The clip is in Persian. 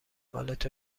بالت